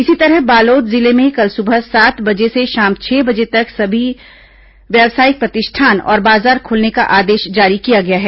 इसी तरह बालोद जिले में कल सुबह सात बजे से शाम छह बजे तक सभी व्यावसायिक प्रतिष्ठान और बाजार खोलने का आदेश जारी किया गया है